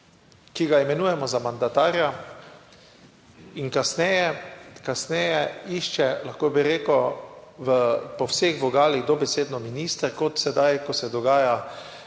Ki ga imenujemo za mandatarja in kasneje, kasneje išče, lahko bi rekel, po vseh vogalih dobesedno ministre kot sedaj, ko se dogaja,